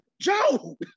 Joe